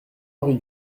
henri